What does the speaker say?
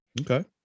Okay